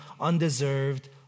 undeserved